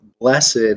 blessed